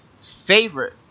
favorite